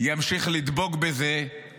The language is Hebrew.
ימשיך לדבוק בזה שאת